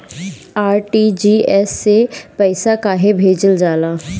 RTGS से पइसा कहे भेजल जाला?